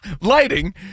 lighting